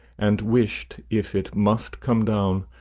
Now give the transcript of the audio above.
and wished, if it must come down,